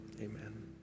amen